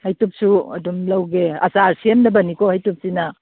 ꯍꯩꯇꯨꯞꯁꯨ ꯑꯗꯨꯝ ꯂꯧꯒꯦ ꯑꯆꯥꯔ ꯁꯦꯝꯅꯕꯅꯤꯀꯣ ꯍꯩꯇꯨꯞꯁꯤꯅ